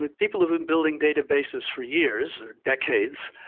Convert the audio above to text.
but people have been building databases for years or decades,